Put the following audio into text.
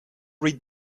read